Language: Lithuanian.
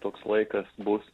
toks laikas bus